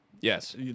Yes